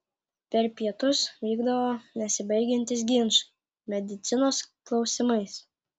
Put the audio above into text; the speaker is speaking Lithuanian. per pietus vykdavo nesibaigiantys ginčai medicinos klausimais